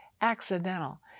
accidental